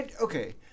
Okay